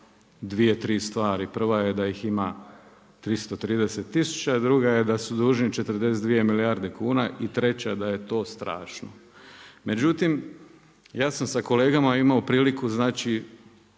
2, 3 stvari. Prva je da ih ima 330 tisuća, druga je da su dužni 42 milijardi kuna i treća da je to strašno. Međutim, ja sam sa kolegama imao priliku, pa